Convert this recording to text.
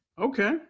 okay